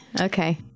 Okay